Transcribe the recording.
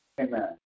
Amen